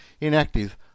inactive